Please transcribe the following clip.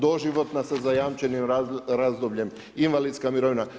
Doživotna sa zajamčenim razdobljem, invalidska mirovina.